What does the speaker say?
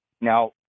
Now